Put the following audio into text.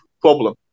problem